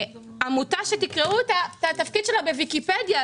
תקראו את התפקיד של העמותה בוויקיפדיה,